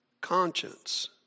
conscience